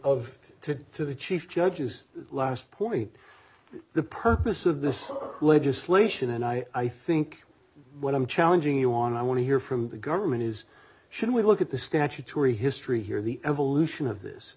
of to to the chief judge is the last point the purpose of this legislation and i think what i'm challenging you on i want to hear from the government is should we look at the statutory history here the evolution of this